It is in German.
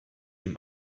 ihm